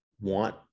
want